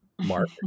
mark